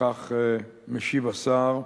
כך משיב השר: